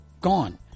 gone